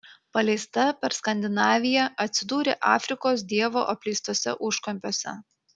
paleista per skandinaviją atsidūrė afrikos dievo apleistuose užkampiuose